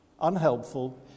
Unhelpful